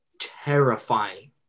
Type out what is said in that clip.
terrifying